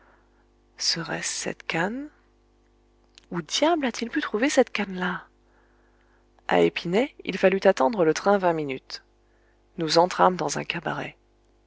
serait-ce cette canne où diable a-t-il pu trouver cette canne là à épinay il fallut attendre le train vingt minutes nous entrâmes dans un cabaret